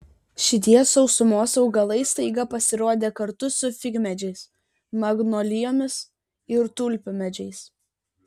šitie sausumos augalai staiga pasirodė kartu su figmedžiais magnolijomis ir tulpmedžiais